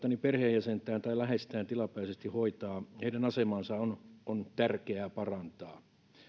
perheenjäsentään tai läheistään tilapäisesti hoitavat asemaa on on tärkeää parantaa